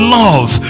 love